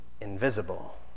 invisible